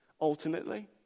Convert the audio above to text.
ultimately